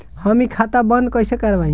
हम इ खाता बंद कइसे करवाई?